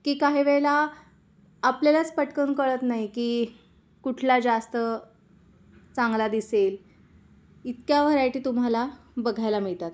की काही वेळेला आपल्यालाच पटकन कळत नाही की कुठला जास्त चांगला दिसेल इतक्या व्हरायटी तुम्हाला बघायला मिळतात